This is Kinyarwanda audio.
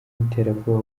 n’iterabwoba